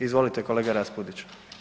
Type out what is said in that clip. Izvolite kolega Raspudić.